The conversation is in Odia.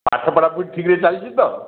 ଆଉ ପାଠ ପଢ଼ା ପଢ଼ି ଠିକ୍ ରେ ଚାଲିଛି ତ